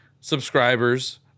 subscribers